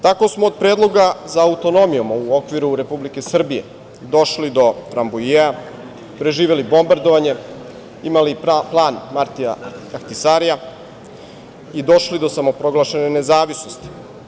Tako smo od predloga za autonomijama, u okviru Republike Srbije došli do Rambujea, preživeli bombardovanje, imali plan Martija Ahtisarija i došli do samoproglašene nezavisnosti.